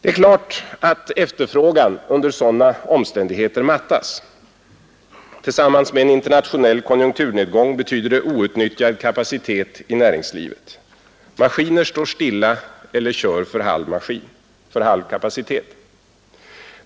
Det är klart att efterfrågan under sådana omständigheter mattas. Tillsammans med en internationell konjunkturnedgång betyder det outnyttjad kapacitet i näringslivet. Maskiner står stilla eller kör för halv kapacitet.